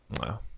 wow